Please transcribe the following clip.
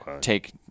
take